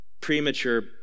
premature